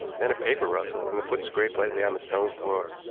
then a paper rustled and a foot scraped lightly on the stone floor.